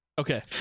Okay